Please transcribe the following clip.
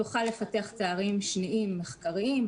נוכל לפתח תארים שניים מחקריים.